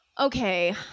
Okay